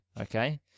Okay